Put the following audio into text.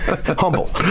humble